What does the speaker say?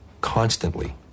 constantly